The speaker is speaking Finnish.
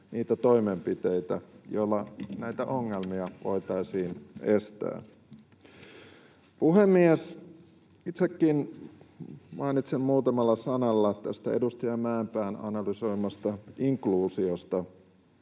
niitä toimenpiteitä, joilla näitä ongelmia voitaisiin estää. Puhemies! Itsekin mainitsen muutamalla sanalla tästä edustaja Mäenpään analysoimasta inkluusiosta,